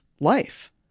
life